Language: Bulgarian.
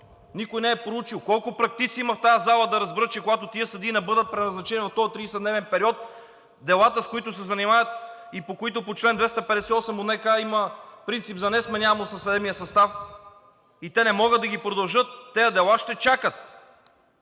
Никой не е проучил колко практици има в тази зала, за да разберат, че когато тези съдии не бъдат преназначени в този 30 дневен период, делата, с които се занимават и по които по чл. 258 от Наказателния кодекс има принцип за несменяемост на съдебния състав, те не могат да ги продължат и тези дела ще чакат.